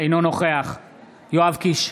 אינו נוכח יואב קיש,